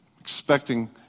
expecting